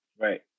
Right